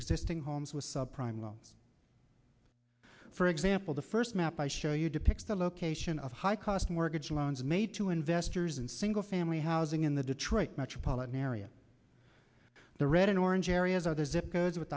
existing homes with sub prime loans for example the first map i show you depicts the location of high cost mortgage loans made to investors in single family housing in the detroit metropolitan area the red and orange areas others it goes with